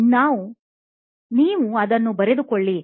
ನೀವು ಅದನ್ನು ಬರಿದುಕೊಳ್ಳಿ